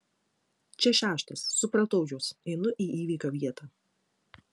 čia šeštas supratau jus einu į įvykio vietą